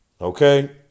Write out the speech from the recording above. Okay